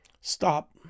stop